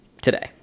today